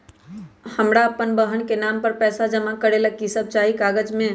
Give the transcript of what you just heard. हमरा अपन बहन के नाम पर पैसा जमा करे ला कि सब चाहि कागज मे?